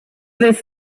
this